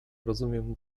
rozumiem